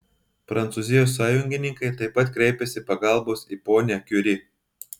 prancūzijos sąjungininkai taip pat kreipiasi pagalbos į ponią kiuri